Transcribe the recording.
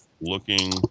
looking